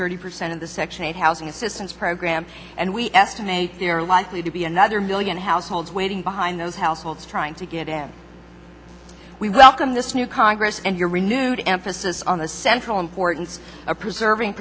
thirty percent of the section eight housing assistance programs and we estimate there are likely to be another million households waiting behind those households trying to get in we welcome this new congress and your renewed emphasis on the central importance of preserving